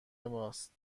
ماست